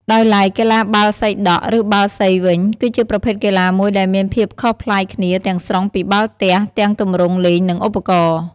ដោយឡែក កីឡាបាល់សីដក់ ឬបាល់សីវិញ គឺជាប្រភេទកីឡាមួយដែលមានភាពខុសប្លែកគ្នាទាំងស្រុងពីបាល់ទះទាំងទម្រង់លេងនិងឧបករណ៍។